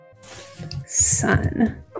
Sun